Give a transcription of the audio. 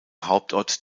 hauptort